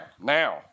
now